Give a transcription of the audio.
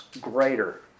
greater